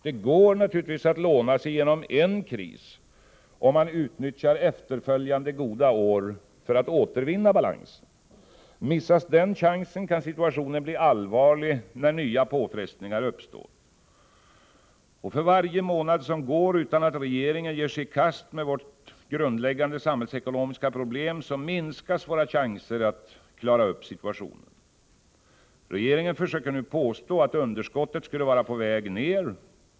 Det går naturligtvis att låna sig igenom en kris om man utnyttjar efterföljande goda år för att återvinna balansen. Missas den chansen kan situationen bli allvarlig när nya påfrestningar uppstår. För varje månad som går utan att regeringen ger sig i kast med vårt grundläggande samhällsekonomiska problem minskas våra chanser att klara upp situationen. Regeringen försöker nu påstå att underskottet skulle vara på väg ned.